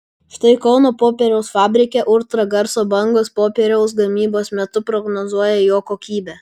štai kauno popieriaus fabrike ultragarso bangos popieriaus gamybos metu prognozuoja jo kokybę